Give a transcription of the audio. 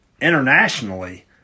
internationally